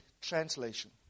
translation